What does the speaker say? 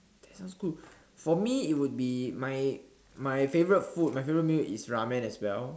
sounds good for me it would be my my favourite food my favourite meal is ramen as well